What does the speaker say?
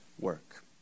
work